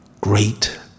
great